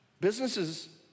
Businesses